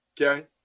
Okay